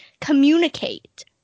communicate